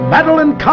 Madeline